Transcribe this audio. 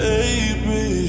Baby